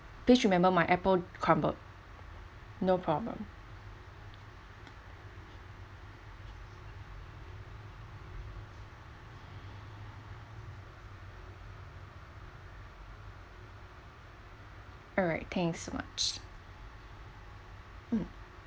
please remember my apple crumble no problem alright thanks so much mm